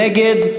נגד,